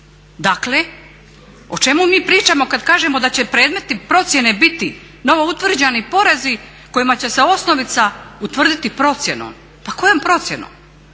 Dakle o čemu mi pričamo kad kažemo da će predmeti procjene biti novo utvrđeni porezi kojima će se osnovica utvrditi procjenom. Pa kojom procjenom?